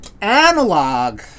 Analog